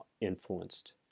influenced